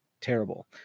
terrible